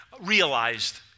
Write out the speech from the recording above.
realized